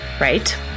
right